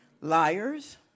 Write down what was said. liars